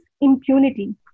impunity